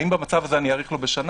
האם במצב הזה אני אאריך לו בשנה?